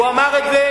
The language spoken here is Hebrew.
הוא אמר את זה.